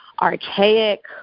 archaic